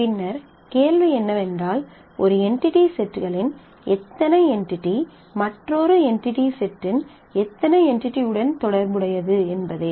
பின்னர் கேள்வி என்னவென்றால் ஒரு என்டிடி செட்டின் எத்தனை என்டிடி மற்றொரு என்டிடி செட்டின் எத்தனை என்டிடி உடன் தொடர்புடையது என்பதே